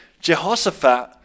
Jehoshaphat